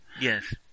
Yes